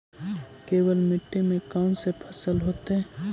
केवल मिट्टी में कौन से फसल होतै?